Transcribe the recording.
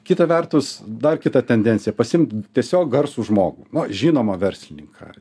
kita vertus dar kita tendencija pasiimt tiesiog garsų žmogų na žinomą verslininką ar